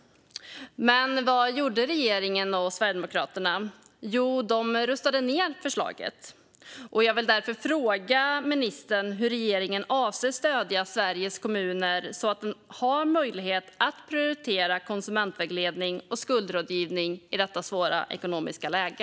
Men vad gjorde regeringen och Sverigedemokraterna? De röstade ned förslaget. Jag vill därför fråga ministern hur regeringen avser att stödja Sveriges kommuner för att de ska ha möjlighet att prioritera konsumentvägledning och skuldrådgivning i detta svåra ekonomiska läge.